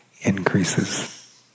increases